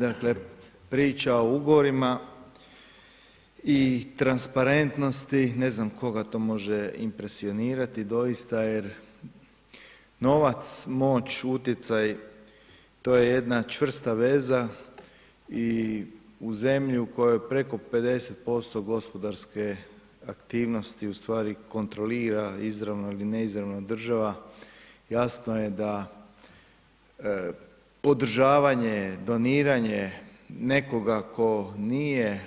Dakle priča o ugovorima i transparentnosti, ne znam koga to može impresionirati doista jer novac, moć, utjecaj, to je jedna čvrsta veza i u zemlji u kojoj preko 50% gospodarske aktivnosti ustvari kontrolira izravno ili neizravno država, jasno je da podržavanje, doniranje nekoga tko nije